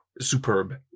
superb